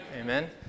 Amen